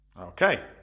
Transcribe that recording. Okay